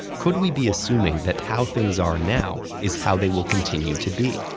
could we be assuming that how things are now is how they will continue to be?